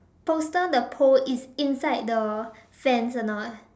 poster the pole is inside the fence or not